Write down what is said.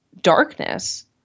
darkness